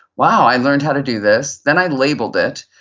wow, i learned how to do this, then i labeled it,